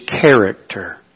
character